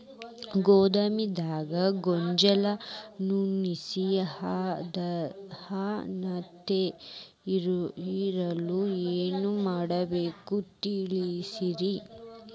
ಗೋದಾಮಿನ್ಯಾಗ ಗೋಂಜಾಳ ನುಸಿ ಹತ್ತದೇ ಇರಲು ಏನು ಮಾಡಬೇಕು ತಿಳಸ್ರಿ